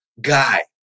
guy